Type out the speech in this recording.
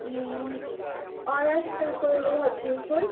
হুম অনার্সে করব ভাবছি তুই